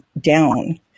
down